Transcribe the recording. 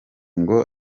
ngo